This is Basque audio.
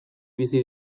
bizi